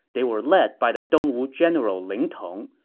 they were led by the dongwu general ling tong,